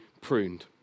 pruned